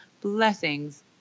Blessings